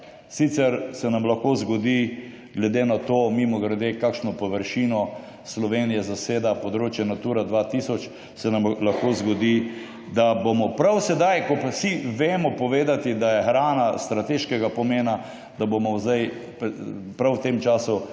Sicer se nam lahko zgodi glede na to mimogrede kakšno površino Slovenija zaseda področje Natura 2000 se nam lahko zgodi, da bomo prav sedaj, ko pa vsi vemo povedati, da je hrana strateškega pomena, da bomo sedaj prav v tem času grdo